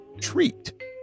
treat